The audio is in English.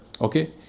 okay